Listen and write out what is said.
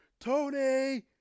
Tony